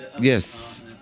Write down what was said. Yes